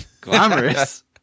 Glamorous